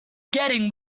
getting